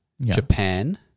Japan